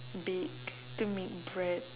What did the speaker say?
bake to make bread